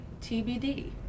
TBD